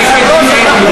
אתה אישית נגדי?